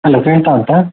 hello ಕೇಳ್ತಾ ಉಂಟಾ